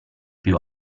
più